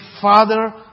Father